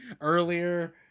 earlier